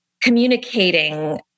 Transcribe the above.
communicating